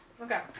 Okay